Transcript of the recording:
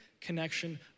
connection